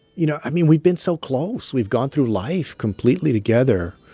you know, i mean, we've been so close. we've gone through life completely together.